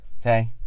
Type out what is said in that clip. Okay